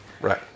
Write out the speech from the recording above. right